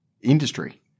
industry